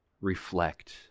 Reflect